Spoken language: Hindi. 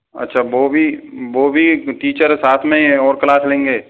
अच्छा वह भी वह भी एक टीचर साथ में ही है और क्लास लेंगे